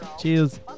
Cheers